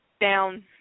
down